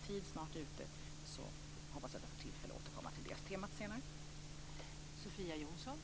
Eftersom min talartid snart är ute, hoppas jag att jag får tillfälle att återkomma till detta tema senare.